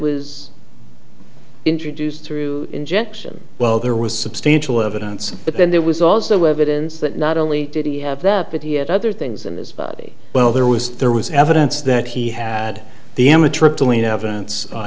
was introduced through injection well there was substantial evidence but then there was also evidence that not only did he have that but he had other things in his buddy well there was there was evidence that he had the amitriptyline evidence